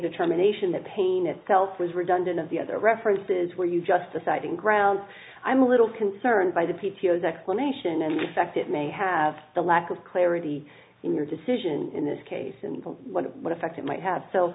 determination that pain itself was redundant and the other references were you just deciding ground i'm a little concerned by the p t o s explanation and the fact it may have the lack of clarity in your decision in this case and what effect it might have so